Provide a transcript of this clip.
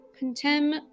contem